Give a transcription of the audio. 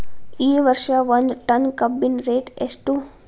ಈ ವರ್ಷ ಒಂದ್ ಟನ್ ಕಬ್ಬಿನ ರೇಟ್ ಎಷ್ಟು?